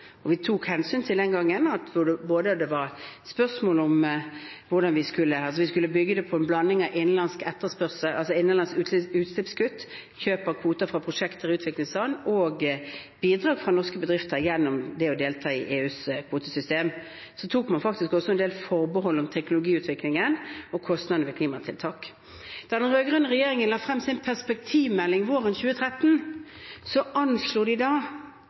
vi skulle bygge det på en blanding av innenlandske utslippskutt, kjøp av kvoter fra prosjekter i utviklingsland og bidrag fra norske bedrifter gjennom det å delta i EUs kvotesystem. Så tok man faktisk også en del forbehold om teknologiutviklingen og kostnadene ved klimatiltak. Da den rød-grønne regjeringen la frem sin perspektivmelding våren 2013, anslo de